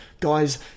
Guys